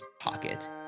pocket